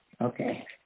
Okay